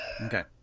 Okay